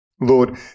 Lord